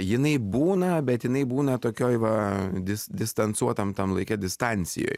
jinai būna bet jinai būna tokioj va dis distansuotam tam laike distancijoj